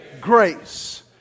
Grace